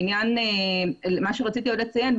כן, הבנו מד"ר גשן שאתם מבקשים.